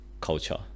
culture